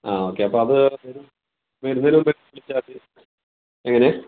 ആ ഓക്കേ അപ്പോൾ അത് വരുന്നതിനു മുന്നേ എങ്ങനെ